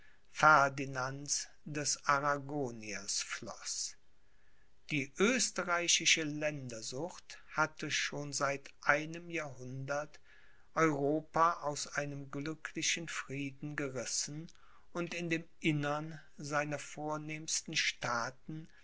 ferdinands des arragoniers floß die österreichische ländersucht hatte schon seit einem jahrhundert europa aus einem glücklichen frieden gerissen und in dem innern seiner vornehmsten staaten